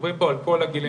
מדברים פה על כל הגילאים.